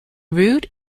route